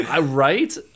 Right